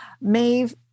Maeve